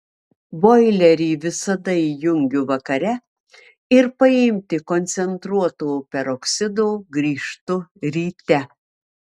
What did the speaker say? boilerį visada įjungiu vakare ir paimti koncentruoto peroksido grįžtu ryte